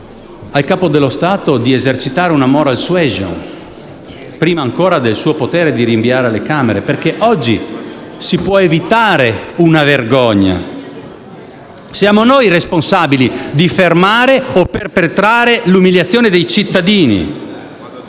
al Capo dello Stato di esercitare una *moral suasion*, prima ancora del suo potere di rinviare alle Camere. Oggi, infatti, si può evitare una vergogna: siamo noi responsabili di fermare o perpetrare l'umiliazione dei cittadini,